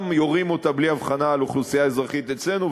גם יורים בלי אבחנה על אוכלוסייה אזרחית אצלנו,